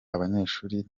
abanyeshuri